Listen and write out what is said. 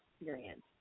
experience